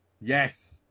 yes